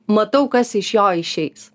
matau kas iš jo išeis